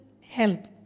help